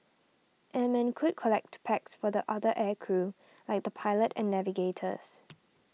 airmen could collect packs for the other air crew like the pilot and navigators